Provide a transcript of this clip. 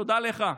תודה לך.